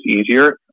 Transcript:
easier